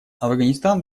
афганистан